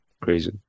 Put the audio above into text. crazy